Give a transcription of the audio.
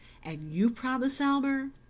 and you promise, elmer?